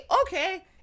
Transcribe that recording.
okay